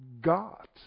God